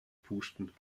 pusten